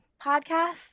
podcast